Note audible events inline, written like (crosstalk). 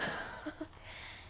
(laughs)